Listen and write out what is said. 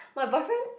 my boyfriend